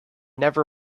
never